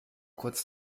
kurz